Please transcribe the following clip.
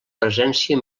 presència